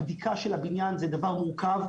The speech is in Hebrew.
הבדיקה של הבניין זה דבר מורכב,